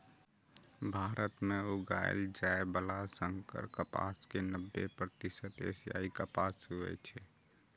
भारत मे उगाएल जाइ बला संकर कपास के नब्बे प्रतिशत एशियाई कपास होइ छै